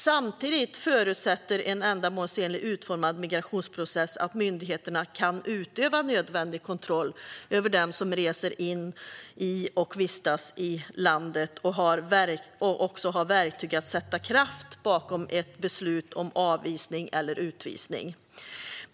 Samtidigt förutsätter en ändamålsenligt utformad migrationsprocess att myndigheterna kan utöva nödvändig kontroll över dem som reser in i och vistas i landet och har verktyg att sätta kraft bakom ett beslut om avvisning eller utvisning.